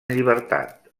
llibertat